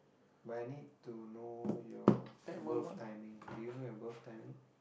but I need to know your birth timing do you know your birth timing